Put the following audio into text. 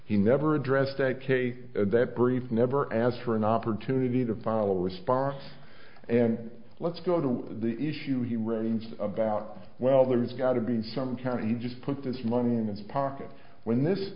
he never addressed a case that brief never asked for an opportunity to file a response and let's go to the issue he rings about well there's got to be some county just put this money in this pocket when this